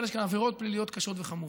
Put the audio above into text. ויש כאן עבירות קשות וחמורות.